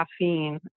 caffeine